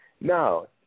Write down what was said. No